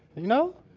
you know?